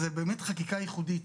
זו באמת חקיקה ייחודית,